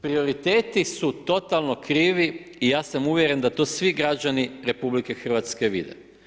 Prioriteti su totalno krivi i ja sam uvjeren da to svi građani RH vide.